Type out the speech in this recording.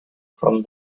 from